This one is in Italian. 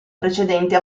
precedente